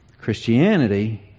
Christianity